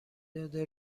داده